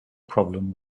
problem